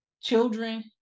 children